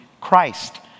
Christ